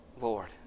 Lord